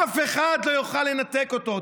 אף אחד לא יוכל לנתק אותו.